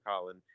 Colin